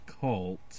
cult